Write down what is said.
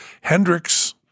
Hendrix